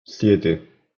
siete